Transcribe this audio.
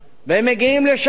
ואדוני היושב-ראש,